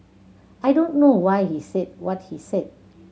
I don't know why he said what he said